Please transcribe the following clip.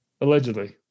allegedly